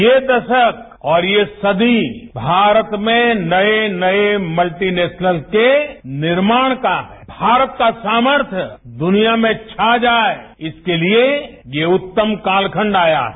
ये दशक और ये सदीमारत में नए नए मल्टीनेशल्स के निर्माण का भारत का सामर्थय दुनिया में छा जाए इसके लिए ये उत्तम कालखंड आया है